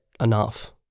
enough